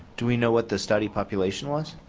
do we know what the study population was?